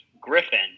Griffin